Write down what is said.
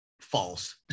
false